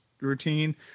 routine